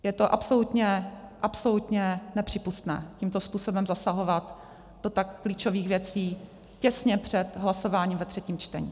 Je to absolutně, absolutně nepřípustné tímto způsobem zasahovat do tak klíčových věcí těsně před hlasováním ve třetím čtení.